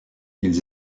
ils